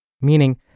meaning